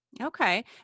Okay